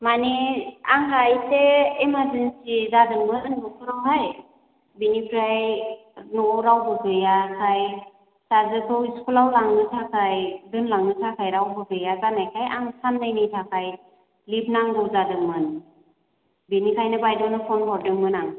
मानि आंहा एसे इमारजेनसि जादोंमोन न'खरावहाय बेनिफ्राइ न'आव रावबो गैयाखाय फिसाजोखौ इस्क'लाव लांनो थाखाय दोनलांनो थाखाय रावबो गैया जानायखाय आं साननैनि थाखाय लिब नांगौ जादोंमोन बिनिखायनो बायद'नो फन हरदोंमोन आं